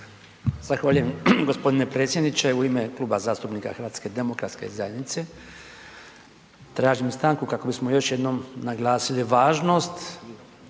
Zahvaljujem gospodine predsjedniče. U ime Kluba zastupnika HDZ-a tražim stanku kako bismo još jednom naglasili važnost